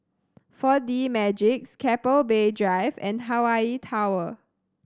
Four D Magix Keppel Bay Drive and Hawaii Tower